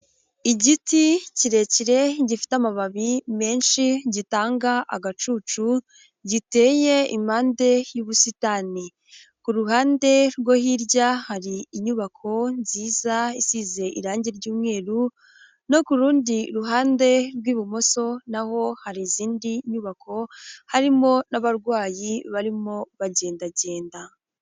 Igiti kirekire, gifite amababi menshi gitanga agacucu, giteye impande y'ubusitani, ku ruhande rwo hirya hari inyubako nziza isize irangi ry'umweru, no ku rundi ruhande rw'ibumoso na ho hari izindi nyubako, harimo n'abarwayi barimo bagendagenda.